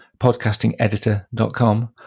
podcastingeditor.com